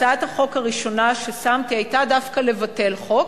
הצעת החוק הראשונה ששמתי היתה דווקא לבטל חוק,